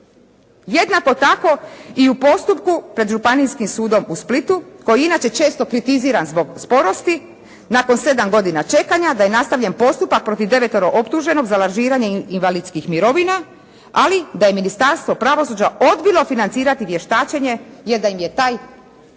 Jednako tako i u postupku pred Županijskim sudom u Splitu koji je inače često kritiziran zbog sporosti, nakon 7 godina čekanja da je nastavljen postupak protiv devetero optuženih za laziranje invalidskih mirovina, ali da je Ministarstvo pravosuđa odbilo financirati vještačenje jer da im je taj iznos